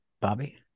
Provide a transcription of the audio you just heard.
Bobby